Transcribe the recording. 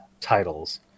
titles